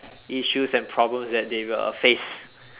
issues and problems that they will face